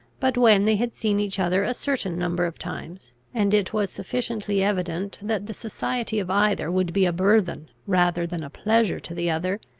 but when they had seen each other a certain number of times, and it was sufficiently evident that the society of either would be a burthen rather than a pleasure to the other,